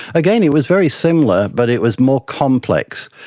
again, it was very similar, but it was more complex.